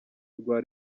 rwa